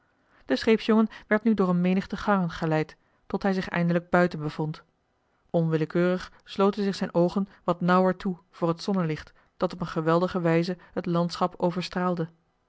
de scheepsjongen werd nu door een menigte gangen geleid tot hij zich eindelijk buiten bevond onwillekeurig sloten zich zijn oogen wat nauwer toe voor het zonnelicht dat op een geweldige wijze het landschap